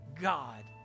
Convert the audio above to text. God